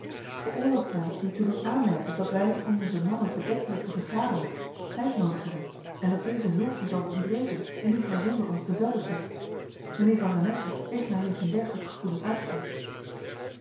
veroorlooft mij u te doen aanmerken dat wij om onze mannen bedektelijk te vergaderen tijd nodig hebben en dat deze hulp u zal ontbreken indien gij zonder ons te velde trekt mijnheer van renesse heeft mij reeds een dergelijk gevoelen uitgedrukt